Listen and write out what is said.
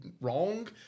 wrong